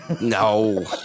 No